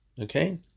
okay